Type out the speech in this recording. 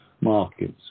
markets